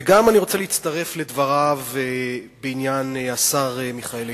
וגם אני רוצה להצטרף לדבריו בעניין השר מיכאל איתן.